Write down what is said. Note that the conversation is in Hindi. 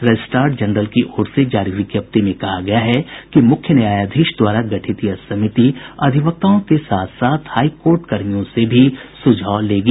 रजिस्ट्रार जनरल की ओर से जारी विज्ञप्ति में कहा गया है कि मुख्य न्यायाधीश द्वारा गठित यह समिति अधिवक्ताओं के साथ साथ हाई कोर्ट कर्मियों से भी सुझाव लेंगी